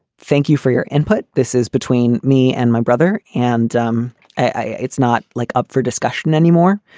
thank you for your input. this is between me and my brother and um i. it's not like up for discussion anymore.